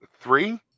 three